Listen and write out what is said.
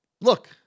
look